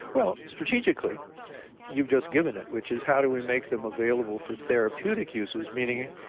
well, strategically you've just given it, which is how do we make them available for therapeutic uses? meaning,